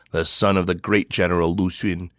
the son of the great general lu xun,